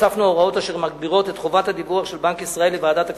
הוספנו הוראות אשר מגבירות את חובות הדיווח של בנק ישראל לוועדת הכספים,